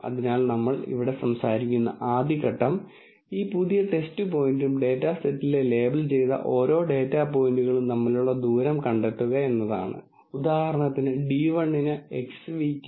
അതിനാൽ ക്ലാസ്സിഫിക്കേഷൻ പ്രോബ്ളങ്ങളെ സംബന്ധിച്ചിടത്തോളം ഇപ്പോൾ നമുക്ക് ഡാറ്റാ സയൻസിൽ ഒരാൾ പരിഹരിക്കുന്ന മറ്റൊരു തരത്തിലുള്ള പ്രോബ്ളത്തിലേക്ക് പോകാം ഇതിനെയാണ് ഫംഗ്ഷൻ അപ്പ്രോക്സിമേഷൻ പ്രോബ്ലം എന്ന് ഞാൻ വിളിക്കുന്നത്